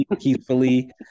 peacefully